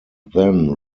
then